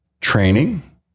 training